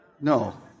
No